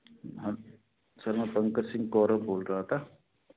हं sir मैं पंकज सिंह गौरव बोल रहा था